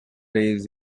days